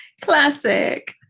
Classic